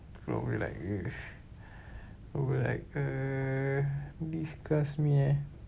probably like !eww! I will like uh disgust me ya